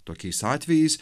tokiais atvejais